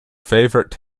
favourite